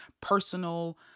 personal